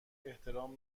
احترام